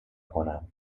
کنم